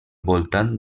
voltant